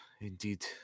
indeed